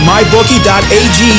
MyBookie.ag